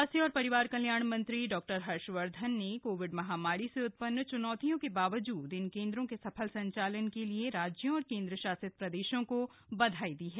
स्वास्थ्य और परिवार कल्याण मंत्री डॉक्टर हर्षवर्धन ने कोविड महामारी से उत्पन्न चुनौतियों के बावजूद इन केन्द्रों के सफल संचालन के लिए राज्यों और केंद्र शासित प्रदेशों को बधाई दी है